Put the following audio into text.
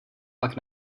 pak